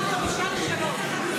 השעה 14:55,